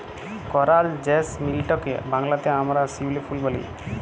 করাল জেসমিলটকে বাংলাতে আমরা শিউলি ফুল ব্যলে জানি